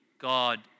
God